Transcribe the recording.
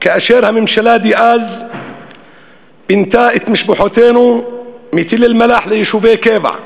כאשר הממשלה דאז פינתה את משפחותינו מתל-אלמלח ליישובי קבע,